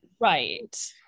right